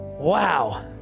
Wow